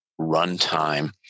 runtime